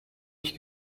ich